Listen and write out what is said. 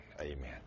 Amen